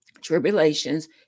tribulations